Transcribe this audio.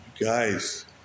guys